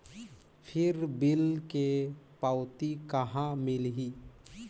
फिर बिल के पावती कहा मिलही?